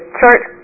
church